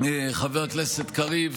חבר הכנסת קריב,